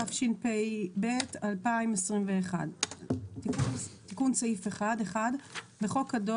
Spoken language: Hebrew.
התשפ"ב 2021 "תיקון סעיף 1 בחוק הדואר,